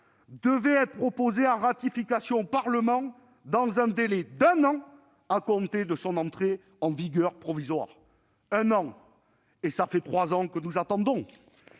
devait être soumis à ratification par le Parlement dans un délai d'un an à compter de son entrée en vigueur provisoire. Un an ! Cela fait trois ans que nous attendons !